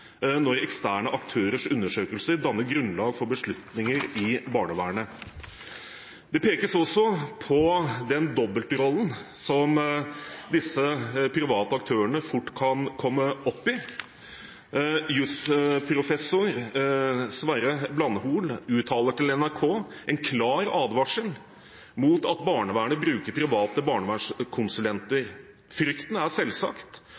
når eksterne aktørers undersøkelser danner grunnlag for beslutninger i barnevernet. Det pekes også på den dobbeltrollen som disse private aktørene fort kan komme opp i. Jusprofessor Sverre Blandhol uttaler til NRK en klar advarsel mot at barnevernet bruker private barnevernskonsulenter. Frykten er selvsagt